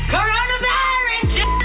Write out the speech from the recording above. Coronavirus